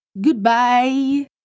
goodbye